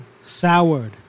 soured